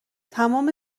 تمام